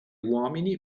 uomini